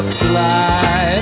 fly